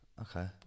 Okay